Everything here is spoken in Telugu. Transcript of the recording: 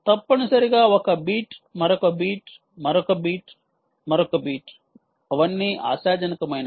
తప్పనిసరిగా ఒక బీట్ మరొక బీట్ మరొక బీట్ మరొక బీట్ అవన్నీ ఆశాజనకమైనవి